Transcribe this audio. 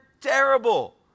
terrible